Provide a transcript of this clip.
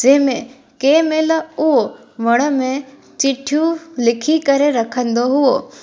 जंहिंमें कंहिं महिल उहो वण में चिठियूं लिखी करे रखंदो हुओ